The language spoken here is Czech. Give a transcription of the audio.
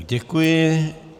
Děkuji.